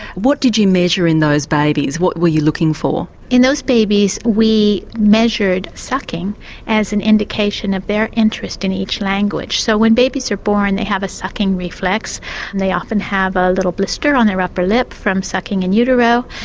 what did you measure in those babies, what were you looking for? in those babies we measured sucking as an indication of their interest in each language. so when babies are born they have a sucking reflex and they often have a little blister on their upper lip from sucking in utero.